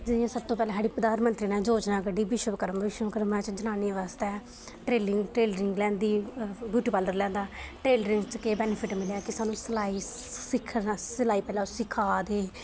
जि'यां सबतूं पैह्लें साढ़े प्रधानमंत्री ने योजना कड्ढी बिश्वकर्मा बिश्वकर्मा जनानियें च बासतै टेलरिंग लैंदी ब्यूटीपार्लर लेआंदा टेलरिंग च एह् बैनिफिट मिलेआ कि सिलाई सिखाना सिलाई पैह्लें साह्नूं सखांदे